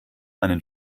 einen